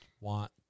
want